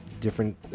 different